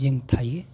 जों थायो